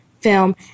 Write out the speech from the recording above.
film